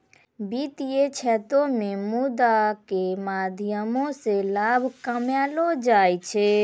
वित्तीय क्षेत्रो मे मुद्रा के माध्यमो से लाभ कमैलो जाय छै